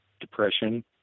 depression